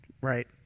Right